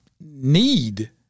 need